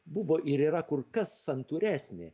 buvo ir yra kur kas santūresnė